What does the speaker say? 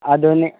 ಅದುನೆ